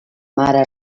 mare